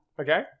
Okay